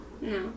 No